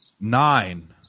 Nine